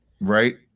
Right